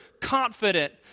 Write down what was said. confident